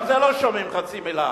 גם על זה לא שומעים חצי מלה.